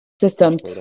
systems